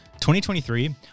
2023